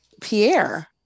Pierre